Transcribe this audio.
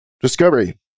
Discovery